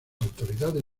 autoridades